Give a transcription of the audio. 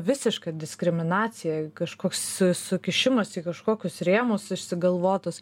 visiška diskriminacija kažkoks sukišimas į kažkokius rėmus išsigalvotus